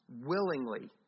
Willingly